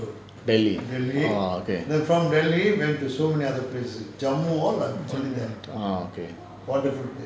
delhi okay ah okay